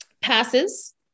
passes